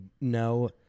no